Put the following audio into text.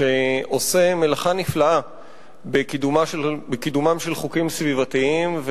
שעושה מלאכה נפלאה בקידומם של חוקים סביבתיים,